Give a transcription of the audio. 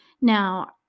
Now